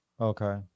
Okay